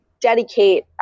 dedicate